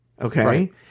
Okay